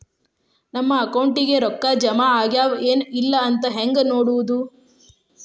ನಮ್ಮ ಅಕೌಂಟಿಗೆ ರೊಕ್ಕ ಜಮಾ ಆಗ್ಯಾವ ಏನ್ ಇಲ್ಲ ಅಂತ ಹೆಂಗ್ ನೋಡೋದು?